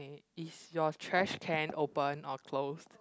okay is your trash can open or closed